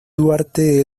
duarte